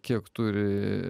kiek turi